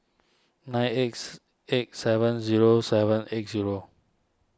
nine eight eight seven zero seven eight zero